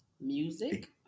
Music